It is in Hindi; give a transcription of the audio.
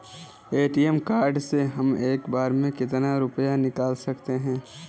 ए.टी.एम कार्ड से हम एक बार में कितना रुपया निकाल सकते हैं?